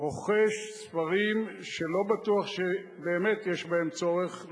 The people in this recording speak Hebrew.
רוכשים ספרים שלא בטוח שבאמת יש בהם צורך,